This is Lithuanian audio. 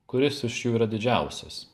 kuris iš jų yra didžiausias